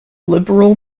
liberal